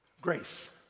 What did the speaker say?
grace